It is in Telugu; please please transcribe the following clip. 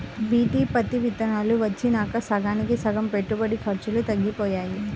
బీటీ పత్తి విత్తనాలు వచ్చినాక సగానికి సగం పెట్టుబడి ఖర్చులు తగ్గిపోయాయి